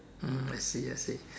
hmm I see I see